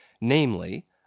namely